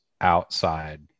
outside